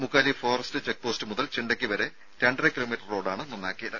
മുക്കാലി forest check post മുതൽ ചിണ്ടക്കി വരെ രണ്ടര കിലോമീറ്റർ റോഡാണ് നന്നാക്കിയത്